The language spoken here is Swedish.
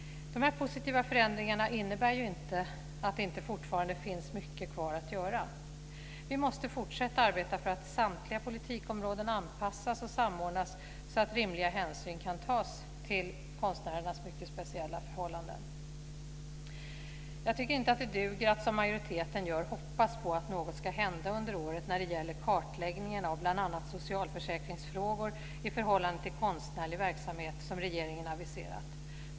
De här positiva förändringarna innebär ju inte att det inte fortfarande finns mycket kvar att göra. Vi måste fortsätta att arbeta för att samtliga politikområden anpassas och samordnas så att rimliga hänsyn kan tas till konstnärernas mycket speciella förhållanden. Jag tycker inte att det duger att, som majoriteten gör, hoppas på att något ska hända under året när det gäller kartläggningen av bl.a. socialförsäkringsfrågor i förhållande till konstnärlig verksamhet som regeringen aviserat.